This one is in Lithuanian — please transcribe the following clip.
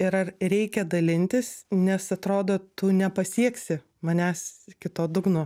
ir ar reikia dalintis nes atrodo tu nepasieksi manęs iki to dugno